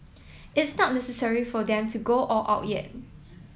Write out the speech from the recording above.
it's not necessary for them to go all out yet